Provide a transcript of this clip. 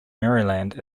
maryland